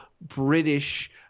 British